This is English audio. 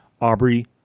Aubrey